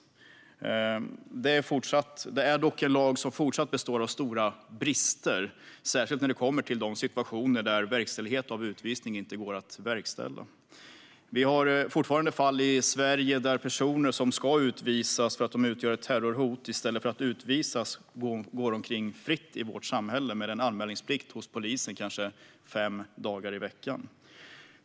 Det är dock en lag som har stora brister, särskilt när det gäller situationer där verkställighet av utvisningen inte går att genomföra. Vi har fortfarande fall i Sverige där personer som ska utvisas för att de utgör ett terrorhot i stället för att utvisas går omkring fritt i vårt samhälle med en anmälningsplikt hos polisen kanske fem dagar i veckan.